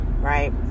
right